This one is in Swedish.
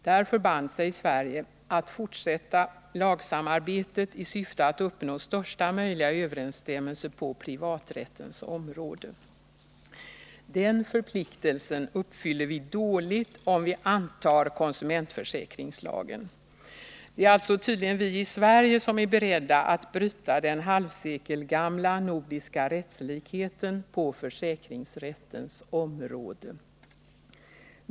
Där förband sig Sverige att fortsätta lagsamarbetet i syfte att uppnå största möjliga överensstämmelse på privaträttens område. Den förpliktelsen uppfyller vi dåligt om vi antar konsumentförsäkringslagen. Det är tydligen bara vi i Sverige som är beredda att bryta den halvsekelgamla nordiska rättslikheten på försäkringsrättens område.